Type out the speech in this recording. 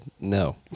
no